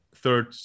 Third